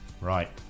Right